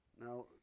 now